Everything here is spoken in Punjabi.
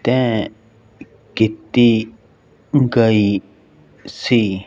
ਤੈਅ ਕੀਤੀ ਗਈ ਸੀ